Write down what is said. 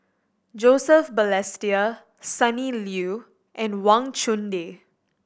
Joseph Balestier Sonny Liew and Wang Chunde